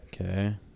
Okay